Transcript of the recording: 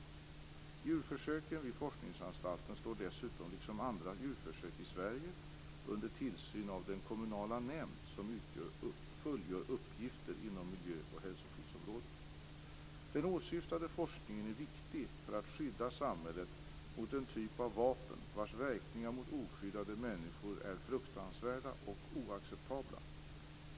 Djurförsöken vid Forskningsanstalten står dessutom, liksom andra djurförsök i Sverige, under tillsyn av den kommunala nämnd som fullgör uppgifter inom miljö och hälsoskyddsområdet. Den åsyftade forskningen är viktig för att skydda samhället mot en typ av vapen vars verkningar mot oskyddade människor är fruktansvärda och oacceptabla.